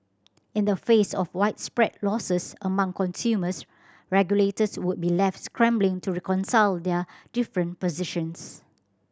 in the face of widespread losses among consumers regulators would be left scrambling to reconcile their different positions